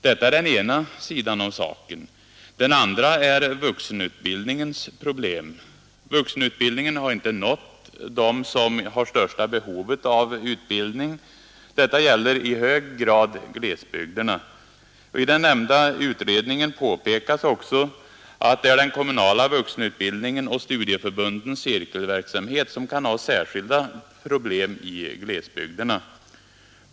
Detta är den ena sidan av saken. Den andra är vuxenutbildningens problem. Vuxenutbildningen har inte nått dem som har största behovet av utbildning. Detta gäller i hög grad glesbygderna. I den nämnda utredningen påpekas också att det är den kommunala vuxenutbildningen och studieförbundens cirkelverksamhet som kan ha särskilda problem i glesbygderna.